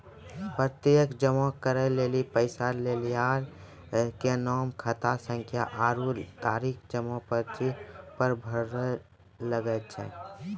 प्रत्यक्ष जमा करै लेली पैसा लेनिहार के नाम, खातासंख्या आरु तारीख जमा पर्ची पर भरै लागै छै